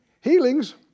healings